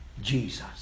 Jesus